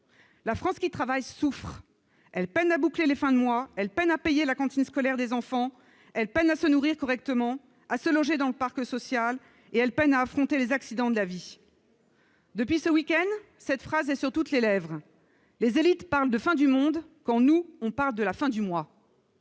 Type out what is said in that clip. La France qui travaille souffre : elle peine à boucler les fins de mois, elle peine à payer la cantine scolaire des enfants, elle peine à se nourrir correctement, à se loger dans le parc social, et elle peine à affronter les accidents de la vie. Depuis ce week-end, cette phrase est sur toutes les lèvres :« Les élites parlent de fin du monde, quand nous, on parle de la fin du mois.